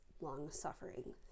long-suffering